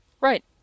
Right